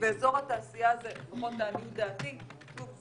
ואזור התעשייה הזה, לפחות לעניות דעתי, חשוב.